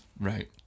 Right